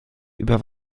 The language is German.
über